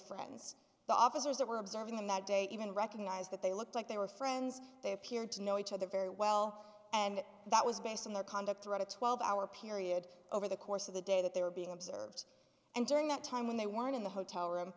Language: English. friends the officers that were observing him that day even recognized that they looked like they were friends they appeared to know each other very well and that was based on their conduct throughout a twelve hour period over the course of the day that they were being observed and during that time when they weren't in the hotel room